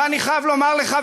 ואני חייב לומר לך,